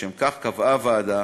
לשם כך קבעה הוועדה